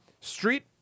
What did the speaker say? street